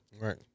Right